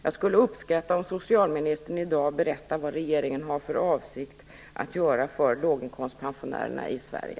Jag skulle uppskatta om socialministern i dag ville berätta vad regeringen har för avsikt att göra för låginkomstpensionärerna i Sverige.